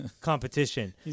competition